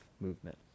movement